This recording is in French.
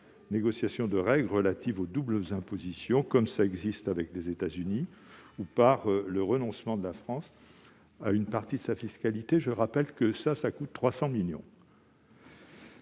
négociation de règles relatives aux doubles impositions, comme cela a été fait avec les États-Unis, ou par le renoncement de la France à une partie de sa fiscalité, qui coûterait 300 millions